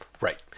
right